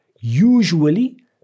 Usually